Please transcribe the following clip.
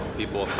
people